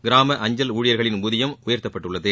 கிராம அஞ்சலக ஊழியர்களின் ஊதியம் உயர்த்தப்பட்டுள்ளது